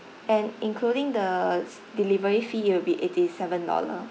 and including the delivery fee it will be eighty seven dollar